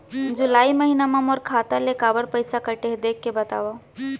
जुलाई महीना मा मोर खाता ले काबर पइसा कटे हे, देख के बतावव?